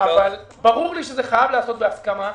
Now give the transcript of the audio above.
אבל ברור לי שזה חייב להיעשות בהסכמה.